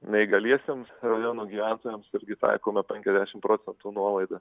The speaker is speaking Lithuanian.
neįgaliesiems rajono gyventojams irgi taikome penkiasdešimt procentų nuolaidą